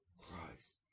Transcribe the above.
Christ